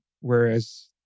Whereas